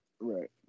Right